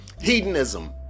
hedonism